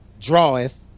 draweth